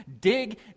dig